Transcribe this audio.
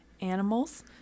animals